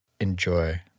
enjoy